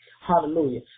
hallelujah